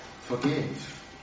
forgive